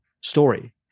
story